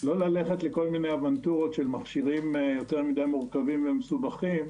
לא ללכת לכל מיני אוונטורות של מכשירים יותר מדי מורכבים ומסובכים,